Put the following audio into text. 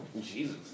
Jesus